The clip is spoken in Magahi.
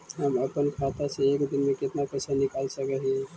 हम अपन खाता से एक दिन में कितना पैसा निकाल सक हिय?